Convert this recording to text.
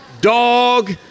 dog